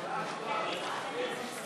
כהצעת הוועדה, נתקבל.